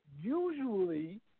usually